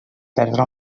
perdre